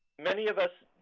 many of us